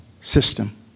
system